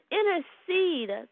intercede